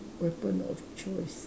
weapon of choice